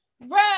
Bro